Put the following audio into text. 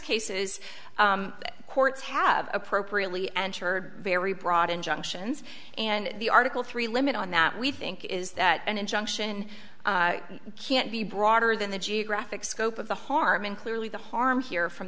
cases the courts have appropriately entered very broad injunctions and the article three limit on that we think is that an injunction can't be broader than the geographic scope of the harm and clearly the harm here from